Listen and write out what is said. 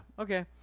okay